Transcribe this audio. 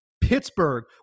Pittsburgh